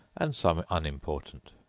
and some unimportant.